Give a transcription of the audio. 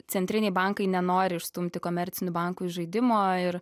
centriniai bankai nenori išstumti komercinių bankų iš žaidimo ir